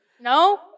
No